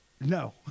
No